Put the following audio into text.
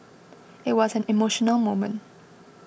it was an emotional moment